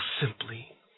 simply